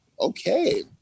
okay